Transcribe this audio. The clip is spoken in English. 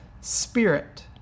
spirit